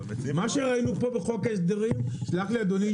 מה שראינו פה בחוק ההסדרים זה פרטאץ',